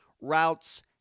routes